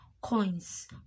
coins